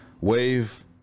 wave